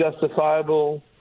justifiable